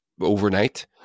overnight